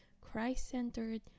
Christ-centered